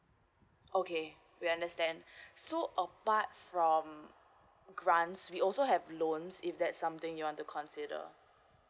okay we understand so apart from grants we also have loans if that's something you want to consider